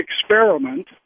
experiment